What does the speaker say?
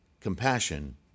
compassion